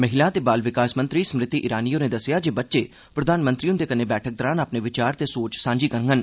महिला ते बाल विकास मंत्री स्मृति ईरानी होरें दस्सेया जे बच्चे प्रधानमंत्री हन्दे कन्नै बैठक दौरान अपने विचार ते सोच सांझी करगंन